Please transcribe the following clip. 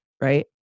right